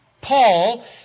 Paul